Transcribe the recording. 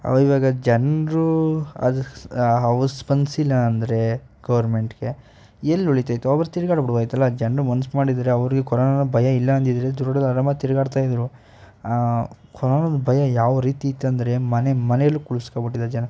ಅವ ಇವಾಗ ಜನರೂ ಅದು ಸ್ ಅವು ಸ್ಪಂದಿಸಿಲ್ಲ ಅಂದರೆ ಗೌರ್ಮೆಂಟ್ಗೆ ಎಲ್ಲ ಉಳಿತೈತೆ ಅವರು ತಿರ್ಗಾಡಿ ಬಿಡ್ಬೋದಿತ್ತಲ್ಲ ಜನರು ಮನ್ಸು ಮಾಡಿದರೆ ಅವರಿಗೆ ಕೊರೊನದ ಭಯ ಇಲ್ಲ ಅಂದಿದ್ದರೆ ಆರಾಮಾಗಿ ತಿರುಗಾಡ್ತಾ ಇದ್ದರು ಕೊರೊನದ ಭಯ ಯಾವ ರೀತಿ ಇತ್ತೆಂದ್ರೆ ಮನೆ ಮನೆಯಲ್ಲು ಕೂರ್ಸ್ಕೊಬಿಟ್ಟಿದ್ದಾರೆ ಜನ